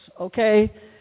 okay